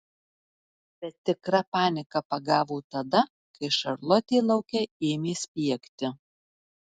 bet tikra panika pagavo tada kai šarlotė lauke ėmė spiegti